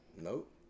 Nope